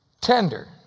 Tender